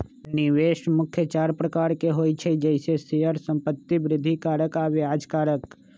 निवेश मुख्य चार प्रकार के होइ छइ जइसे शेयर, संपत्ति, वृद्धि कारक आऽ ब्याज कारक